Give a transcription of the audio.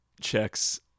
checks